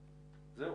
נתקבל.